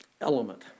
element